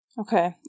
Okay